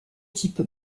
type